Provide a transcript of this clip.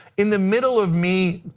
in the middle of meat